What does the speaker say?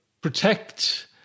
Protect